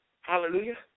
Hallelujah